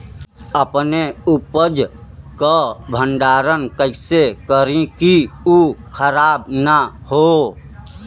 अपने उपज क भंडारन कइसे करीं कि उ खराब न हो?